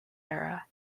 era